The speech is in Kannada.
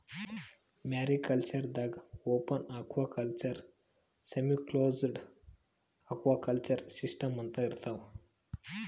ಮ್ಯಾರಿಕಲ್ಚರ್ ದಾಗಾ open aquaculture, semiclosed aquaculture systems ಅಂತಾ ಇರ್ತವ್